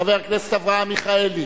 חבר הכנסת אברהם מיכאלי,